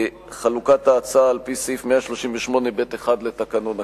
חלוקת ההצעה על-פי סעיף 138(ב1) לתקנון הכנסת.